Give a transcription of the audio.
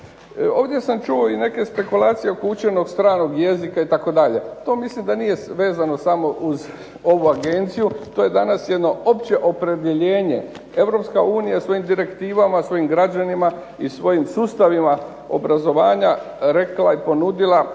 Ovdje sam čuo i neke spekulacije oko učenog stranog jezika itd. To mislim da nije vezano samo uz ovu agenciju, to je danas jedno opće opredjeljenje. EU svojim direktivama, svojim građanima i svojim sustavima obrazovanja rekla je i ponudila